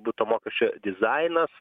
bus to mokesčio dizainas